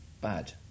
bad